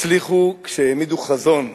הצליחו בחינוך כשהעמידו חזון.